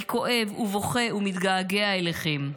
אני כואב ובוכה ומתגעגע אליכם.